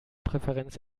präferenz